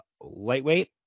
lightweight